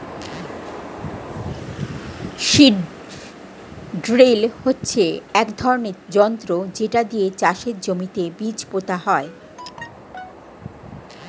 seed drill হচ্ছে এক ধরনের যন্ত্র যেটা দিয়ে চাষের জমিতে বীজ পোতা হয়